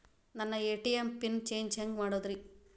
ನನ್ನ ATM pin change ಹೆಂಗ್ ಮಾಡೋದ್ರಿ?